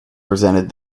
presented